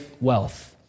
wealth